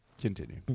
Continue